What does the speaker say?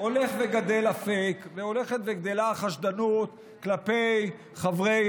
הולך וגדל הפייק והולכת וגדלה החשדנות כלפי חברי